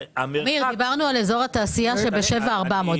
אמיר, דיברנו על אזור התעשייה שב-7.4 קילומטר.